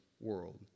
world